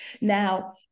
Now